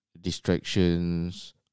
distractions